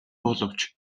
боловч